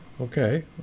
Okay